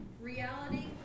reality